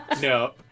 No